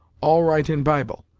all write in bible.